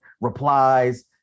replies